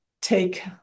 take